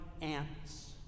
ants